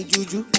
Juju